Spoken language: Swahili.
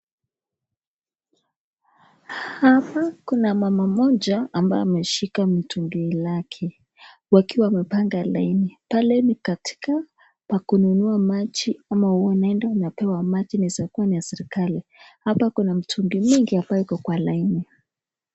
Hapa kuna mama mmoja ambaye ameshika mtungi lake wakiwa wamepanga laini. Pale ni katika pa kununua maji ama wanaenda wanapewa maji inaezakua ya serikali. Apo kuna mitungi mingi ambaye iko kwa laini.